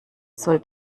soll